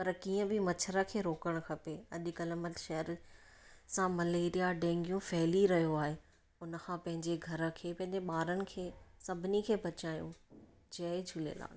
पर कीअं बि मच्छर खे रोकणु खपे अॼुकल्हि मच्छर सां मलेरिया डेंगू फैली रहियो आहे उन सां पंहिंजे घर खे पंहिंजे ॿारनि खे सभिनी खे बचायूं जय झूलेलाल